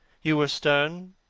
you were stern,